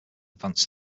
advanced